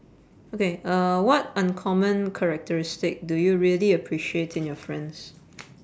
okay uh what uncommon characteristic do you really appreciate in your friends